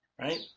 right